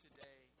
Today